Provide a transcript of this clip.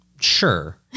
Sure